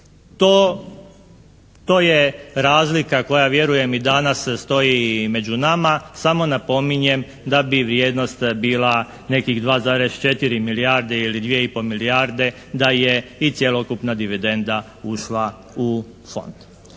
To je razlika koja vjerujem i danas stoji među nama, samo napominjem da bi vrijednost bila nekih 2,4 milijarde ili 2 i pol milijarde da je i cjelokupna dividenda ušla u fond.